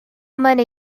many